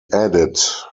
added